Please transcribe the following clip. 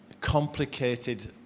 complicated